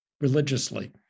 religiously